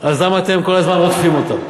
אז למה אתם כל הזמן רודפים אותם?